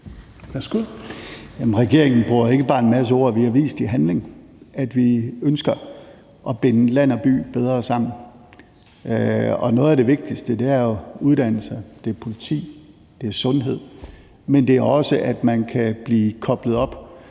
Regeringen bruger ikke bare en masse ord – vi har vist i handling, at vi ønsker at binde land og by bedre sammen, og noget af det vigtigste er jo uddannelser, politi og sundhed, men det er også, at man kan blive koblet op